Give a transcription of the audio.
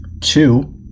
Two